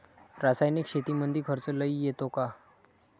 रासायनिक शेतीमंदी खर्च लई येतो का?